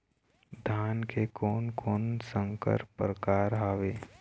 धान के कोन कोन संकर परकार हावे?